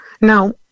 Now